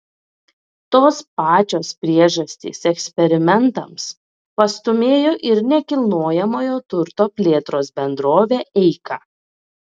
tos pačios priežastys eksperimentams pastūmėjo ir nekilnojamojo turto plėtros bendrovę eika